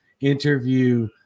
interview